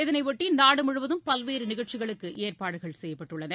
இதனையொட்டி நாடு முழுவதும் பல்வேறு நிகழ்ச்சிகளுக்கு ஏற்பாடுகள் செய்யப்பட்டுள்ளன